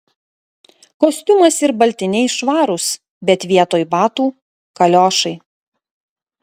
kostiumas ir baltiniai švarūs bet vietoj batų kaliošai